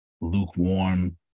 Lukewarm